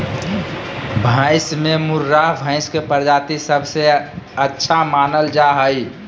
भैंस में मुर्राह भैंस के प्रजाति सबसे अच्छा मानल जा हइ